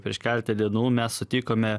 prieš keletą dienų mes sutikome